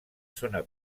zona